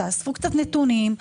תאספו קצת נתונים.